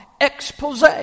expose